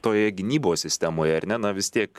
toje gynybos sistemoje ar ne na vis tiek